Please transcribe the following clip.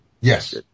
yes